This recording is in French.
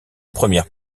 première